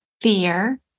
Fear